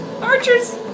Archers